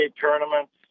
tournaments